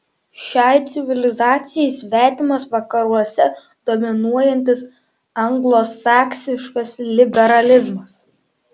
šiai civilizacijai svetimas vakaruose dominuojantis anglosaksiškas liberalizmas